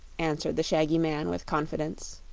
answered the shaggy man, with confidence.